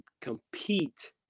compete